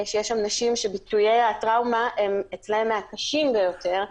יש שם נשים שביטויי הטראומה אצלן מהקשים ביותר,